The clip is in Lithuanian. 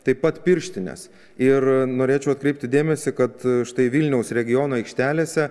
taip pat pirštines ir norėčiau atkreipti dėmesį kad štai vilniaus regiono aikštelėse